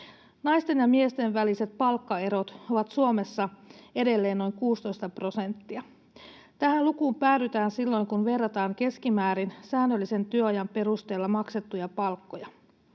Naisten ja miesten väliset palkkaerot ovat Suomessa edelleen noin 16 prosenttia. Tähän lukuun päädytään silloin, kun verrataan keskimäärin säännöllisen työajan perusteella maksettuja palkkoja.